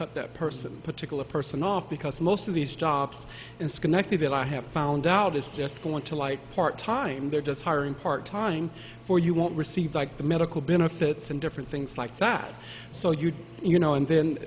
cut that person particular person off because most of these jobs in schenectady i have found out is just going to light part time they're just hiring part time for you won't receive like the medical benefits and different things like that so you you know and then